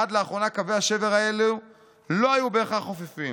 עד לאחרונה קווי השבר האלו לא היו בהכרח חופפים.